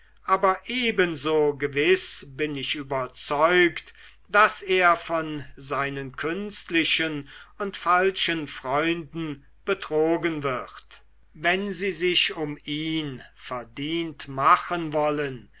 aber ebenso gewiß bin ich überzeugt daß er von seinen künstlichen und falschen freunden betrogen wird wenn sie sich um ihn verdient machen wollen